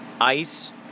ice